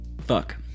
Fuck